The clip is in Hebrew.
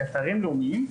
כאתרים לאומיים,